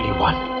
one,